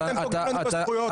אתה מגבב שקירם לפרוטוקול.